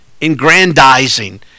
ingrandizing